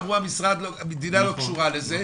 אמרו: המדינה לא קשורה לזה.